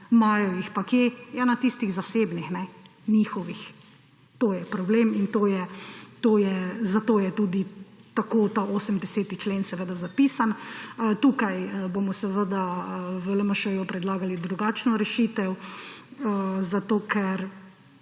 Imajo jih pa – kje? Ja, na tistih zasebnih, njihovih! To je problem in zato je tudi tako ta 80. člen seveda zapisan. Tukaj bomo seveda v LMŠ-ju predlagali drugačno rešitev, zato ker